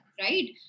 right